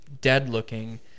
dead-looking